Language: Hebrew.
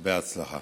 הרבה הצלחה.